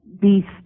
beast